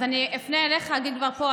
אז אני אפנה אליך ואגיד כבר פה,